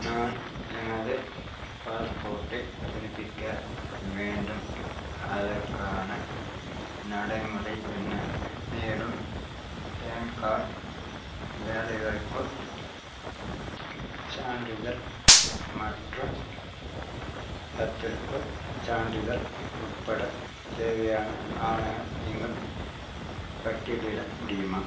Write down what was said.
நான் எனது பாஸ்போர்ட்டை புதுப்பிக்க வேண்டும் அதற்கான நடைமுறை என்ன மேலும் பான் கார்ட் வேலை வாய்ப்புச் சான்றிதழ் மற்றும் தத்தெடுப்புச் சான்றிதழ் உட்பட தேவையான ஆவணங்களை நீங்கள் பட்டியலிட முடியுமா